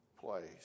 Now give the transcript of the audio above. place